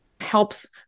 helps